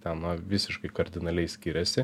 ten na visiškai kardinaliai skiriasi